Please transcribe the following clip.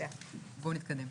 בואו נתקדם.